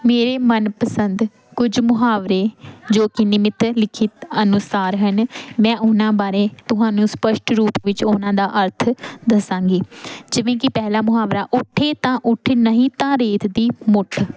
ਮੇਰੇ ਮਨ ਪਸੰਦ ਕੁਝ ਮੁਹਾਵਰੇ ਜੋ ਕਿ ਨਿਮਿਨਲਿਖਿਤ ਅਨੁਸਾਰ ਹਨ ਮੈਂ ਉਹਨਾਂ ਬਾਰੇ ਤੁਹਾਨੂੰ ਸਪੱਸ਼ਟ ਰੂਪ ਵਿੱਚ ਉਹਨਾਂ ਦਾ ਅਰਥ ਦੱਸਾਂਗੀ ਜਿਵੇਂ ਕਿ ਪਹਿਲਾ ਮੁਹਾਵਰਾ ਉੱਠੇ ਤਾਂ ਉੱਠ ਨਹੀਂ ਤਾ ਰੇਤ ਦੀ ਮੁੱਠ